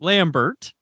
Lambert